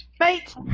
mate